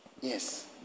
Yes